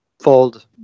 fold